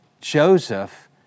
Joseph